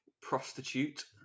prostitute